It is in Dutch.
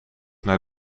naar